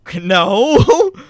no